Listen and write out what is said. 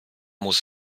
muss